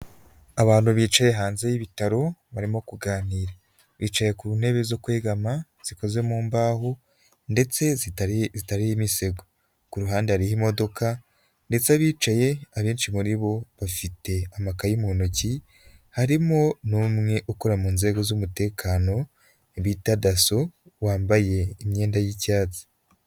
Abantu bicaye hanze y'ibitaro barimo kuganira ,bicaye ku ntebe zo kwegama zikozwe mu mbaho ndetse zitariho imisego ku ruhande hariho imodoka ndetse abicaye abenshi muri bo bafite amakayi mu ntoki harimo n'umwe ukora mu nzego z'umutekano bita dasso wambaye imyenda y'icyatsi.